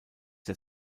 der